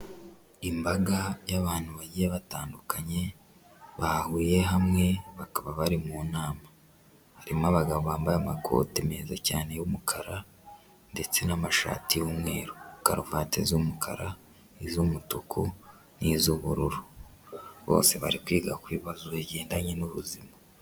Imbaga y'abantu bagiye batandukanye bahuye hamwe bakaba bari mu nama. Harimo abagabo bambaye amakoti meza cyane y'umukara ndetse n'amashati y'umweru, karuvati z'umukara, iz'umutuku n'iz'ubururu. Bose bari kwiga ku bibazo bigendanye n'ubuzima.